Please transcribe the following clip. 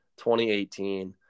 2018